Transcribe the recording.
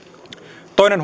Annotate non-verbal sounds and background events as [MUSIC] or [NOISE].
toinen [UNINTELLIGIBLE]